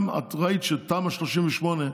את גם ראית שתמ"א 38,